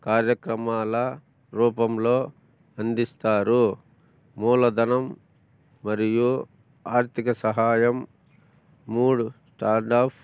కార్యక్రమాల రూపంలో అందిస్తారు మూలధనం మరియు ఆర్థిక సహాయం మూడు స్టార్టప్